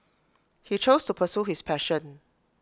he chose to pursue his passion